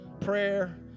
prayer